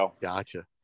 Gotcha